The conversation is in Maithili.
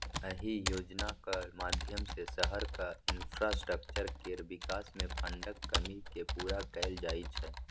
अहि योजनाक माध्यमसँ शहरक इंफ्रास्ट्रक्चर केर बिकास मे फंडक कमी केँ पुरा कएल जाइ छै